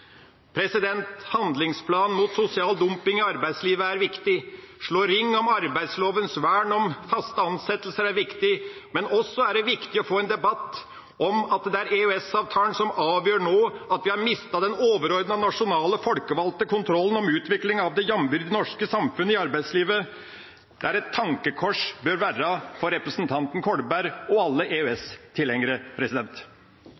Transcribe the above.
Handlingsplanen mot sosial dumping i arbeidslivet er viktig. Å slå ring om arbeidsmiljølovens vern om faste ansettelser er viktig. Men det er også viktig å få en debatt om at det er EØS-avtalen som nå avgjør – at vi har mistet den overordnede nasjonale, folkevalgte kontrollen med utviklinga av arbeidslivet i det jambyrdige, norske samfunnet. Det bør være et tankekors for representanten Kolberg og alle